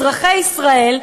אזרחי ישראל,